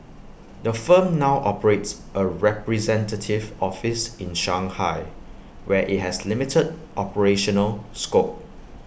the firm now operates A representative office in Shanghai where IT has limited operational scope